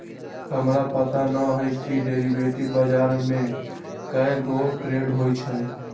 हमरा पता न हए कि डेरिवेटिव बजार में कै गो ट्रेड होई छई